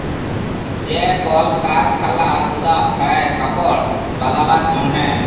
যে কল কারখালা গুলা হ্যয় কাপড় বালাবার জনহে